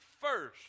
first